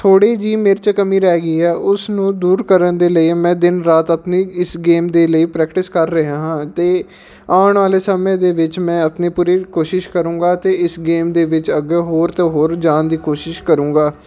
ਥੋੜ੍ਹੀ ਜੀ ਮੇਰੇ 'ਚ ਕਮੀ ਰਹਿ ਗਈ ਹੈ ਉਸ ਨੂੰ ਦੂਰ ਕਰਨ ਦੇ ਲਈ ਮੈਂ ਦਿਨ ਰਾਤ ਆਪਣੀ ਇਸ ਗੇਮ ਦੇ ਲਈ ਪ੍ਰੈਕਟਿਸ ਕਰ ਰਿਹਾ ਹਾਂ ਅਤੇ ਆਉਣ ਵਾਲੇ ਸਮੇਂ ਦੇ ਵਿੱਚ ਮੈਂ ਆਪਣੀ ਪੂਰੀ ਕੋਸ਼ਿਸ਼ ਕਰੂੰਗਾ ਅਤੇ ਇਸ ਗੇਮ ਦੇ ਵਿੱਚ ਅੱਗੇ ਹੋਰ ਤਾਂ ਹੋਰ ਜਾਣ ਦੀ ਕੋਸ਼ਿਸ਼ ਕਰੂੰਗਾ